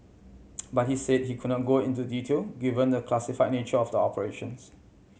but he said he could not go into detail given the classify nature of the operations